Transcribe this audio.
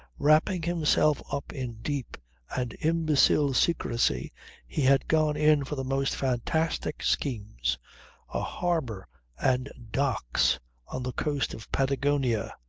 wrapping himself up in deep and imbecile secrecy he had gone in for the most fantastic schemes a harbour and docks on the coast of patagonia,